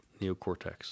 neocortex